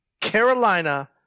Carolina